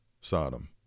Sodom